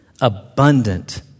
abundant